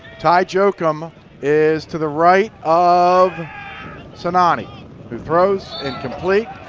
ty jochim is to the right of sinani who throws, incomplete.